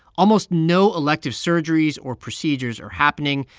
almost no elective surgeries or procedures are happening,